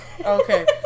Okay